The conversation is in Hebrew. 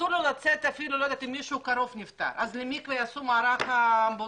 ולא יוצא אפילו אם מישהו קרוב נפטר אז למקווה יעשו מערך אמבולנסים?